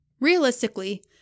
Realistically